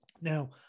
Now